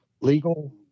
legal